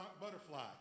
butterfly